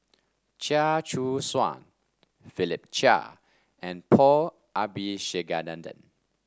Chia Choo Suan Philip Chia and Paul Abisheganaden